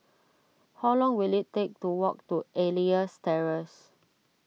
how long will it take to walk to Elias Terrace